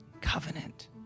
Covenant